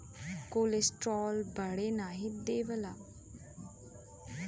cholesterol बढ़े नाही देवला